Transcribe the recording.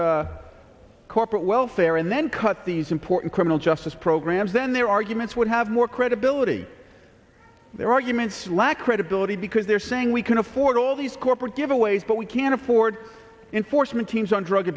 corporate welfare and then cut these important criminal justice programs then their arguments would have more credibility their arguments lack credibility because they're saying we can afford all these corporate giveaways but we can't afford informant teams on drug